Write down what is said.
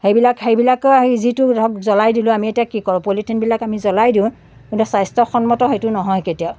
সেইবিলাক সেইবিলাকৰ সেই যিটো ধৰক জ্বলাই দিলোঁ আমি এতিয়া কি কৰোঁ পলিথিনবিলাক আমি জ্বলাই দিওঁ কিন্তু স্বাস্থ্য়সন্মত সেইটো নহয় কেতিয়াও